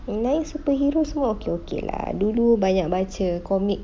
yang lain superhero semua okay okay lah dulu banyak baca comic